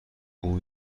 اون